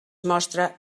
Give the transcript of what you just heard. mostra